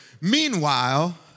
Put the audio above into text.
meanwhile